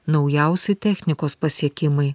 naujausi technikos pasiekimai